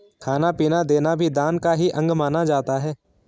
खाना पीना देना भी दान का ही अंग माना जाता है